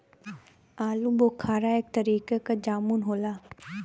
आलूबोखारा एक तरीके क जामुन होला